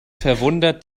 verwundert